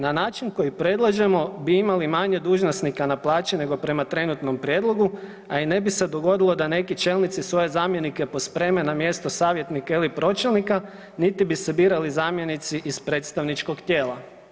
Na način koji predlažemo bi imali manje dužnosnika na plaće, nego prema trenutnom prijedlogu, a i ne bi se dogodilo da neki čelnici svoje zamjenike pospreme na mjesto savjetnika ili pročelnika, niti bi se birali zamjenici iz predstavničkog tijela.